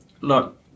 look